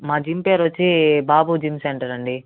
మా జిమ్ పేరు వచ్చి బాబు జిమ్ సెంటర్ అండి